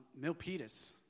Milpitas